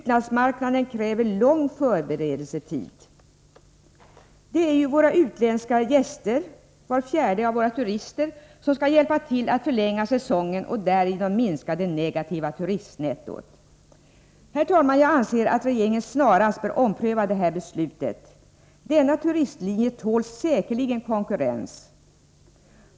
Utlandsmarkna den kräver lång förberedelsetid. Det är ju våra utländska turister — var fjärde turist hos oss — som skall hjälpa till med att förlänga säsongen så att turistnettot därigenom kan minskas. Jag anser att regeringen snarast bör ompröva sitt beslut. Denna turistlinje tål säkerligen konkurrens.